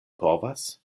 povas